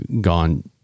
gone